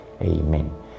Amen